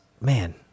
man